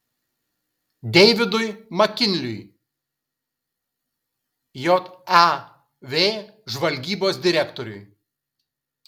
deividui makinliui jav žvalgybos direktoriui